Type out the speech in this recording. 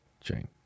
chain